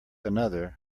another